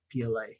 pla